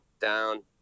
down